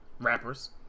rappers